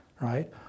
right